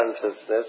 consciousness